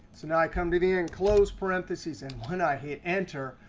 so now i come to the end, close parentheses. and when i hit enter,